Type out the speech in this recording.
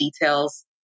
details